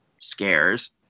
scares